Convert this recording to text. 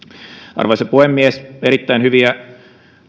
arvoisa puhemies erittäin hyviä